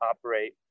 operate